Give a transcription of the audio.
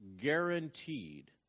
Guaranteed